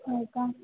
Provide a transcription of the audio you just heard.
हो का